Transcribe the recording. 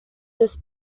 this